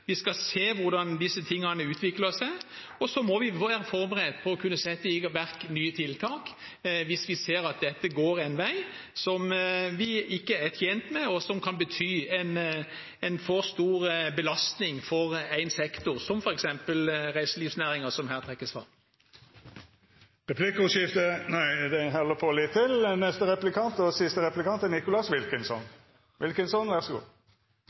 vi skal se hvordan disse tingene utvikler seg, og vi må være forberedt på å kunne sette i verk nye tiltak hvis vi ser at dette går en vei vi ikke er tjent med, og som kan bety en for stor belastning for en sektor, som f.eks. reiselivsnæringen, som her trekkes fram. Vi vet at mange familier med syke barn ikke får hjelpen de trenger. Kristelig Folkeparti vil bruke penger til